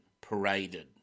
paraded